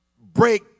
break